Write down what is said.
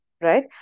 Right